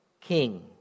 king